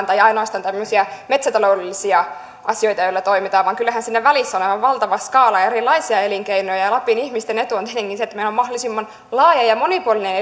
tai ainoastaan tämmöisiä metsätaloudellisia asioita joissa toimitaan kyllähän siinä välissä on aivan valtava skaala erilaisia elinkeinoja ja lapin ihmisten etu on tietenkin se että meillä on mahdollisimman laaja ja monipuolinen